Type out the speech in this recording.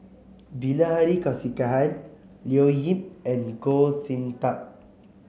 Bilahari Kausikan Leo Yip and Goh Sin Tub